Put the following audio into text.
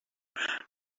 before